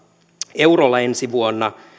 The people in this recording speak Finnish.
eurolla ensi vuonna